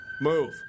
Move